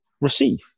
receive